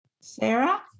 Sarah